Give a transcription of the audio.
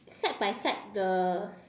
side by side the